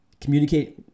communicate